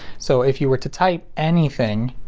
so if you were to type anything,